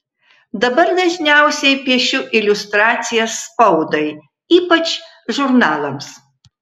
dabar dažniausiai piešiu iliustracijas spaudai ypač žurnalams